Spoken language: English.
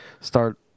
start